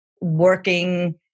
working